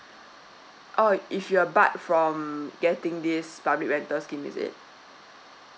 oh if you're barred from getting this public rental scheme is it